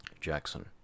Jackson